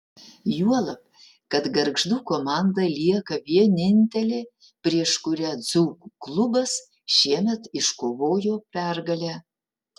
juolab kad gargždų komanda lieka vienintelė prieš kurią dzūkų klubas šiemet iškovojo pergalę